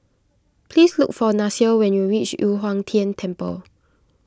please look for Nasir when you reach Yu Huang Tian Temple